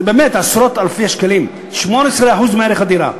זה באמת עשרות אלפי שקלים, 18% מערך הדירה.